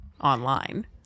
online